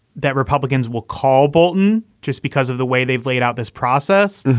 that republicans will call bolton just because of the way they've laid out this process.